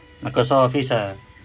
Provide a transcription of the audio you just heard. microsoft office ah